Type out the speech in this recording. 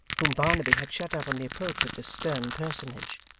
whom barnaby had shut up on the approach of this stern personage.